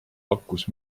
pakkus